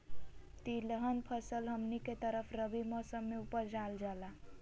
तिलहन फसल हमनी के तरफ रबी मौसम में उपजाल जाला